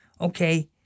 Okay